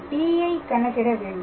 D ஐ கணக்கிட வேண்டும்